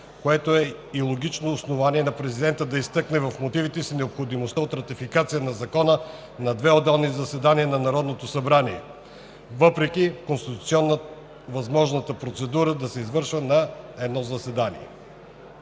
което е и логическото основание на президента да изтъкне в мотивите си необходимостта от ратификация на Закона на две отделни заседания на Народното събрание въпреки конституционната възможност процедурата да се извършва и на едно заседание.